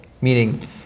Meaning